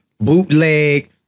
bootleg